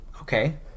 okay